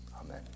amen